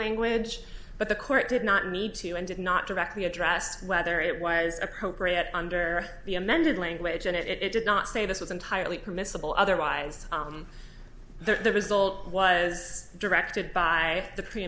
language but the court did not need to and did not directly address whether it was appropriate under the amended language and it did not say this was entirely permissible otherwise there the result was directed by the pre